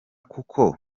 koko